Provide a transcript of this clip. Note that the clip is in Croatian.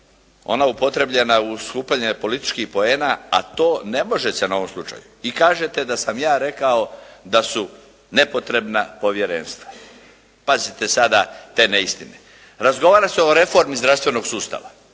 ona upotrijebljena u skupljanje političkih poena, a to ne može se na ovom slučaju i kažete da sam ja rekao da su nepotrebna povjerenstva. Pazite sada te neistine! Razgovara se o reformi zdravstvenog sustava